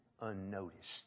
unnoticed